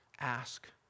ask